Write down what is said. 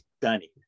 stunning